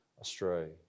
astray